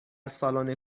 سالن